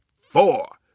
four